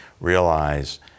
realize